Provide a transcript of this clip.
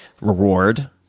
reward